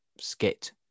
skit